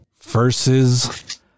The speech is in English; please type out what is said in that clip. versus